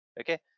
okay